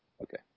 Okay